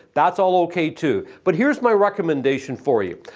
that's all okay too. but here's my recommendation for you.